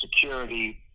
security